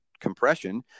compression